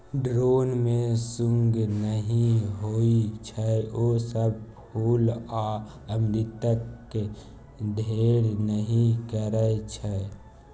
drone मे सुंग नहि होइ छै ओ सब फुल आ अमृतक ढेर नहि करय छै